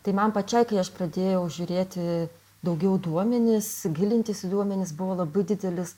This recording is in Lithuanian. tai man pačiai kai aš pradėjau žiūrėti daugiau duomenis gilintis į duomenis buvo labai didelis